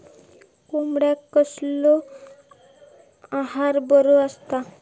कोंबड्यांका कसलो आहार बरो असता?